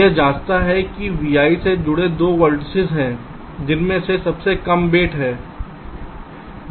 यह जांचता है कि vi से जुड़े 2 वर्टिसिस हैं जिनमें से सबसे कम वेट है